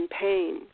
pain